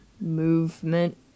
movement